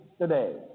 today